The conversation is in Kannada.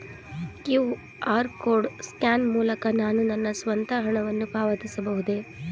ಕ್ಯೂ.ಆರ್ ಕೋಡ್ ಸ್ಕ್ಯಾನ್ ಮೂಲಕ ನಾನು ನನ್ನ ಸ್ವಂತ ಹಣವನ್ನು ಪಾವತಿಸಬಹುದೇ?